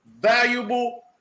Valuable